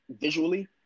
visually